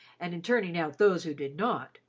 and in turning out those who did not,